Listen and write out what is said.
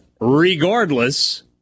regardless